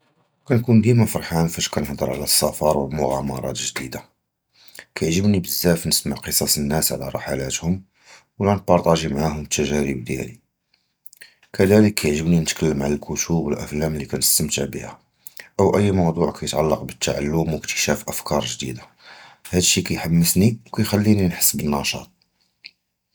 קִנְקוּן דִימָא פַרְחָאן פַאש קִנְהַדְר עַל הַסַּפַר וְהַמְּעַאמְרָאת הַגְּדִידָה, קִיְעַגְ'בְנִי בְזַאפ נִסְמַע קְסַאס הַנַּאס עַל רַחְלַאתְהוּם וְלָא נְבַּרְתַאגִ'י מַעַהוּם הַתַּגְּרִיב דִיַּלִי, כֵּלַא קִיְעַגְ'בְנִי נִתְכַּלַּם עַל הַקְּשׁוּף וְהָאֻפְלָּאם לִי קִנְסְתַמְתַע בִּיהוּם, וְאוּ אִי מָוְדּוּע קִיְתְעַלַּק בִּתְּעַלִּם וְאִכְתִּשָּׁاف אֲפְקָאר גְּדִידָה, הַדֶּא שִי קִיְחַמֵּסְנִי וְקִיְכַלִינִי נַחְס בַּנַּשַאט.